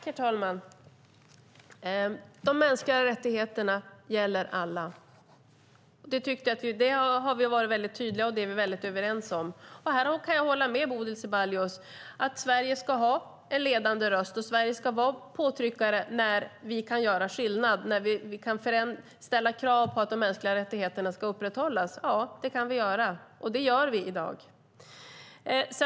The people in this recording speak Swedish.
Herr talman! De mänskliga rättigheterna gäller alla. Det har vi varit väldigt tydliga med och är överens om. Jag kan hålla med Bodil Ceballos om att Sverige ska ha en ledande roll och att Sverige ska vara en påtryckare där vi kan göra skillnad och ställa krav på att de mänskliga rättigheterna ska upprätthållas. Ja, det kan vi göra, och det gör vi i dag.